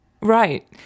Right